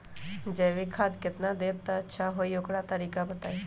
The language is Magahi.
जैविक खाद केतना देब त अच्छा होइ ओकर तरीका बताई?